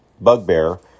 bugbear